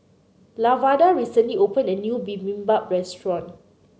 Lavada recently opened a new Bibimbap Restaurant